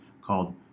called